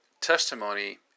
testimony